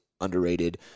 underrated